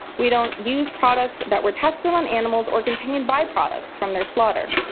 we don't use products that were tested on on animals or contain byproducts from their slaughter.